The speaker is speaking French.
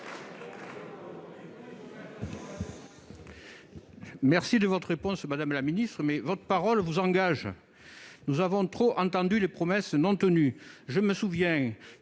Merci de votre réponse, madame la ministre, mais votre parole vous engage. Nous avons trop entendu de promesses non tenues. Je me souviens